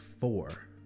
four